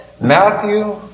Matthew